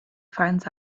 finds